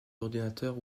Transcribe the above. l’ordinateur